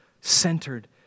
centered